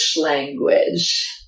language